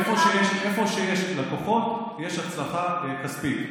איפה שיש לקוחות יש הצלחה כספית,